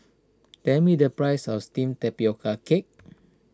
tell me the price of Steamed Tapioca Cake